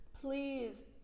please